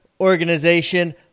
organization